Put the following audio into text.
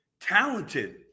talented